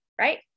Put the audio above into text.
right